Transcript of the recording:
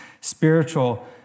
spiritual